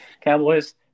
Cowboys